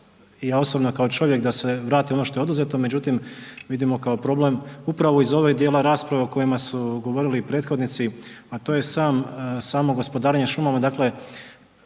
ja osobno kao čovjek da se vrati ono što je oduzeto međutim vidimo kao problem upravo iz ovog djela rasprave o kojima su govorili i prethodnici a to je samo gospodarenje šumama.